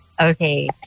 okay